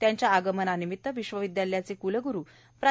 त्यांच्या आगमनानिमित विश्वविद्यालयाचे कुलगुरू प्रो